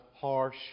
harsh